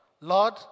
Lord